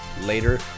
later